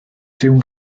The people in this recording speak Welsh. dyw